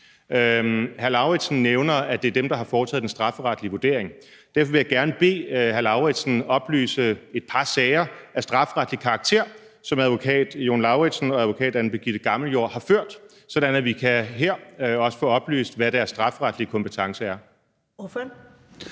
Lauritzen nævner, at det er dem, der har foretaget den strafferetlige vurdering, og derfor vil jeg gerne bede hr. Karsten Lauritzen oplyse et par sager af strafferetlig karakter, som advokat Jon Lauritzen og advokat Anne Birgitte Gammeljord har ført, sådan at vi her også kan få oplyst, hvad deres strafferetlige kompetence er.